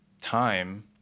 time